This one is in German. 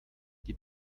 die